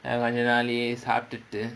கொஞ்ச நாள்லயே சாப்டுட்டு:konja nallayae saapttuttu